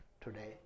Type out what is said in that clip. today